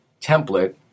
template